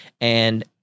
and-